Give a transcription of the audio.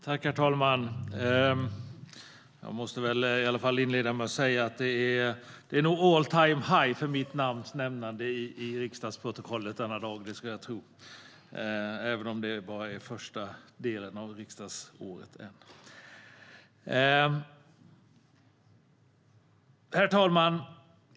Herr talman! Det är nog all-time-high för mitt namns nämnande i riksdagsprotokollet denna dag även om det ännu bara är första delen av riksdagsåret. Herr talman!